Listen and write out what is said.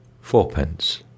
fourpence